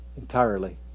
entirely